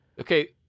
Okay